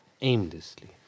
aimlessly